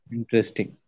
Interesting